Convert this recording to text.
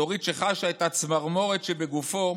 דורית שחשה את הצמרמורת שבגופו